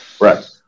Right